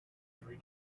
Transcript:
every